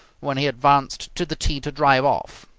when he advanced to the tee to drive off.